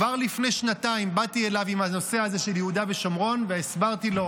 כבר לפני שנתיים באתי אליו עם הנושא של יהודה ושומרון והסברתי לו,